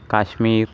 काश्मीरः